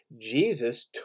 Jesus